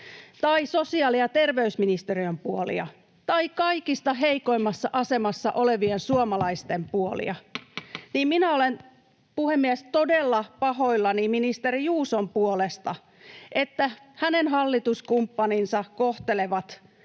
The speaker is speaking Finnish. tai sosiaali- ja terveysministeriön puolia tai kaikista heikoimmassa asemassa olevien suomalaisten puolia, niin minä olen, puhemies, todella pahoillani ministeri Juuson puolesta, että hänen hallituskumppaninsa kohtelevat